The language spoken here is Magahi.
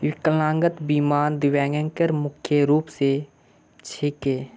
विकलांगता बीमा दिव्यांगेर मुख्य रूप स छिके